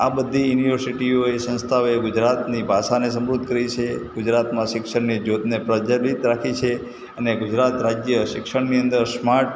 આ બધી યુનિવર્સિટીઓએ સંસ્થાઓએ ગુજરાતની ભાષાને સમૃધ્ધ કરી છે ગુજરાતમાં શિક્ષણની જ્યોતને પ્રજ્વલિત રાખી છે અને ગુજરાત રાજ્ય શિક્ષણની અંદર સ્માર્ટ